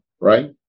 right